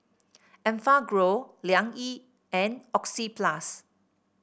Enfagrow Liang Yi and Oxyplus